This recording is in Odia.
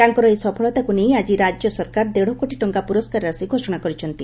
ତାଙ୍କର ଏହି ସଫଳତାକୁ ନେଇ ଆକି ରାଜ୍ୟ ସରକାର ଦେଢ଼କୋଟି ଟଙ୍ଙା ପୁରସ୍କାର ରାଶି ଘୋଷଣା କରିଛନ୍ତି